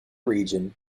region